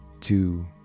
two